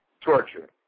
torture